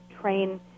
train